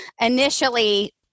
initially